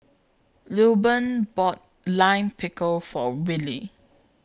Lilburn bought Lime Pickle For Willy